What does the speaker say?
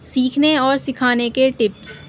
سیکھنے اور سکھانے کے ٹپس